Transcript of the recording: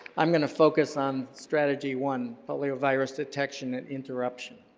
i'm going to focus on strategy one, poliovirus detection and interruption.